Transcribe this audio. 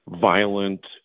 violent